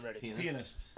Pianist